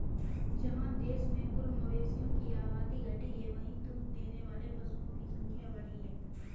जहाँ देश में कुल मवेशियों की आबादी घटी है, वहीं दूध देने वाले पशुओं की संख्या बढ़ी है